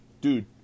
dude